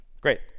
Great